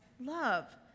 love